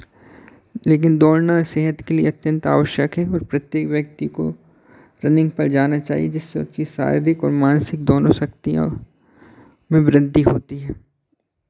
लेकिन दौड़ना सेहत के लिए अत्यंत आवश्यक है और प्रत्येक व्यक्ति को रनिंग पर जाना चाहिए जिससे उनकी शारीरिक और मानसिक दोनों शक्तियाँ में वृद्धि होती है